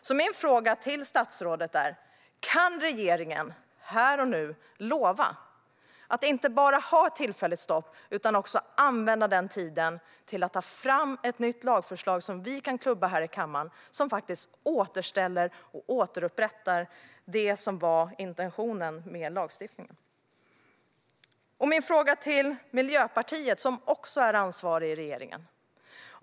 Jag vill därför fråga statsrådet: Kan regeringen här och nu lova att inte bara ha ett tillfälligt stopp utan också att använda denna tid till att ta fram ett nytt lagförslag som vi kan klubba igenom här i kammaren och som återställer och återupprättar det som var intentionen med lagstiftningen? Jag har också en fråga till Miljöpartiet, som också är ansvarigt i regeringen.